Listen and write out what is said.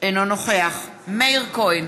אינו נוכח מאיר כהן,